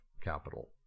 capital